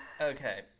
Okay